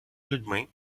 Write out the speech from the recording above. людьми